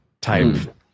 type